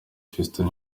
fiston